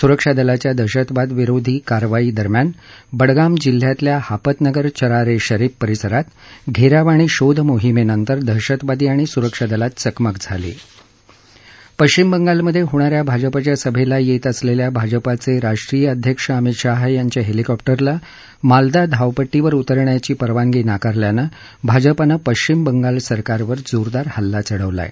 सुरक्षा दलाच्या दहशतवाद विरोधी कारवाई दरम्यान बडगाम जिल्ह्यातल्या हापतनगर चरार ए शरीफ परिसरात घेराव आणि शोध मोहिमेनंतर दहशतवादी आणि सुरक्षा दलात चकमक झाली पश्चिम बंगालमधे होणाऱ्या भाजपाच्या सभेला येत असलेल्या भाजपाचे राष्ट्रीय अध्यक्ष अमित शहा यांच्या हेलिकॉप उला मालदा धावपट्टीवर उतरण्याची परवानगी नाकारल्यानं भाजपानं पश्चिम बंगाल सरकारवर जोरदार हल्ला चढवला आहे